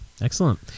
excellent